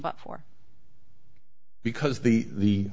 before because the the